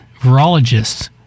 virologists